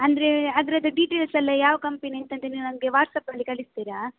ಅಂದ್ರೆ ಅದ್ರದ್ದು ಡೀಟೇಲ್ಸೆಲ್ಲ ಯಾವ ಕಂಪೆನಿ ಎಂತ ಅಂತ ನೀವು ನನಗೆ ವಾಟ್ಸಪ್ಪಲ್ಲಿ ಕಳಿಸ್ತೀರಾ